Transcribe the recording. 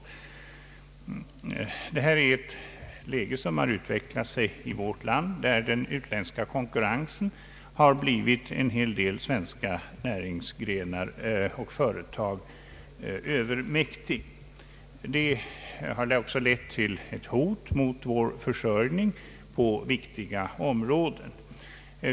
Det har utvecklat sig i vårt land ett läge, där den utländska konkurrensen blivit en hel del svenska näringsgrenar och företag övermäktig. Det har också lett till ett hot mot vår försörjning på viktiga områden.